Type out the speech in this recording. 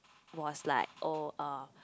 was like oh uh